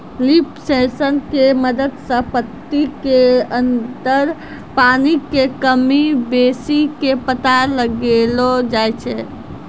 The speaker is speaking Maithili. लीफ सेंसर के मदद सॅ पत्ती के अंदर पानी के कमी बेसी के पता लगैलो जाय छै